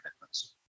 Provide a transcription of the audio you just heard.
commitments